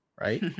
Right